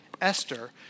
Esther